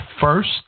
first